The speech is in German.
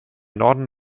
norden